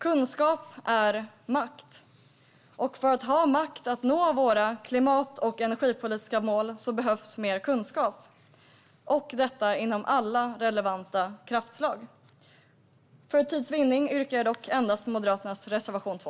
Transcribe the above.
Kunskap är makt. För att ha makt att nå våra klimat och energipolitiska mål behövs mer kunskap - och detta inom alla relevanta kraftslag. För tids vinnande yrkar jag bifall endast till Moderaternas reservation 2.